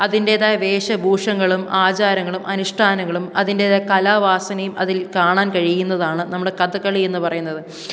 അതിൻ്റെതായ വേഷഭൂഷങ്ങളും ആചാരങ്ങളും അനുഷ്ടാനങ്ങളും അതിൻ്റെതായ കലാവാസനയും അതിൽ കാണാൻ കഴിയുന്നതാണ് നമ്മള് കഥകളി എന്ന് പറയുന്നത്